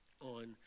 on